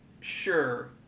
Sure